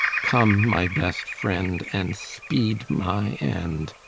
come, my best friend, and speed my end!